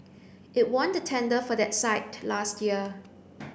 it won the tender for that site last year